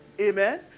Amen